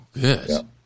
good